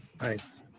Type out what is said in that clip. Nice